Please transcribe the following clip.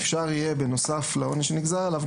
אפשר יהיה בנוסף לעונש שנגזר עליו,